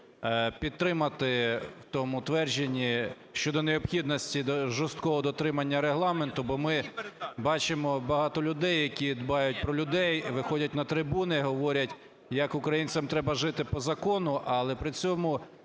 підтримати в тому твердженні щодо необхідності жорсткого дотримання Регламенту, бо ми бачимо багато людей, які дбають про людей, виходять на трибуни, говорять як українцям треба жити по закону, але при цьому